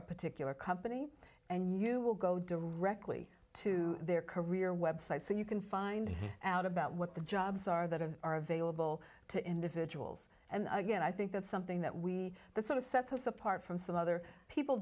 a particular company and you will go directly to their career website so you can find out about what the jobs are that are available to individuals and again i think that's something that we that sort of set us apart from some other people